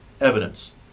evidence